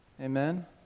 Amen